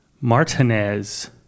Martinez